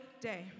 day